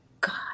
God